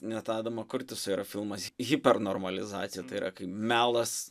net adamo kurtiso yra filmas hipernormalizacija tai yra melas